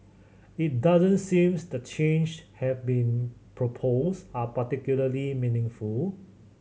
it doesn't seems that the changes have been proposed are particularly meaningful